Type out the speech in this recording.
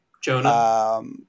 Jonah